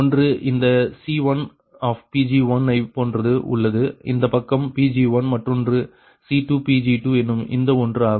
ஒன்று இந்த C1 ஐ போன்று உள்ளது இந்த பக்கம் Pg1 மற்றொன்று C2என்னும் இந்த ஒன்று ஆகும்